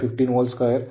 153 0